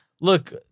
look